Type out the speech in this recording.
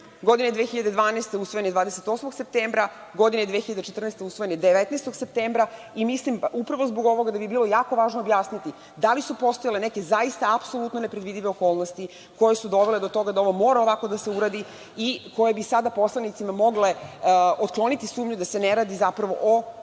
godine 2012. usvojen je 28. septembra, godine 2014. usvojen je 19. septembra i mislim upravo zbog ovog da bi bilo jako važno objasniti da li su postojale neke apsolutno nepredvidive okolnosti koje su dovele do toga da ovo mora ovako da se uradi i koje bi sada poslanicima mogle otkloniti sumnju da se ne radi zapravo o